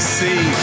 see